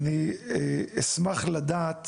אני אשמח לדעת